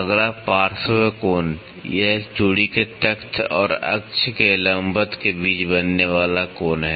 अगला पार्श्व कोण यह एक चूड़ी के तख़्त और अक्ष के लंबवत के बीच बनने वाला कोण है